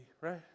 right